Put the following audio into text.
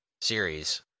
series